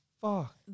fuck